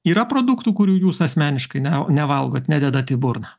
yra produktų kurių jūs asmeniškai ne nevalgote nededat į burną